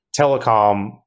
telecom